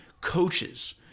coaches